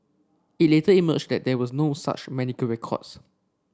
it later emerged that there were no such medical records